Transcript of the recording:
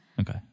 Okay